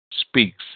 speaks